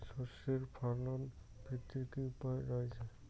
সর্ষের ফলন বৃদ্ধির কি উপায় রয়েছে?